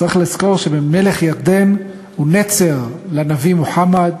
יש לזכור גם שמלך ירדן הוא נצר לנביא מוחמד,